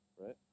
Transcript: right